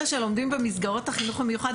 אלה שלומדים במסגרות החינוך המיוחד,